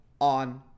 on